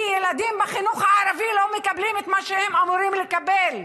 כי ילדים בחינוך הערבי לא מקבלים את מה שהם אמורים לקבל.